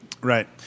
Right